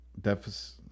deficit